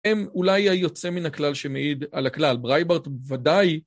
הם אולי היוצא מן הכלל שמעיד על הכלל, ברייברט ודאי.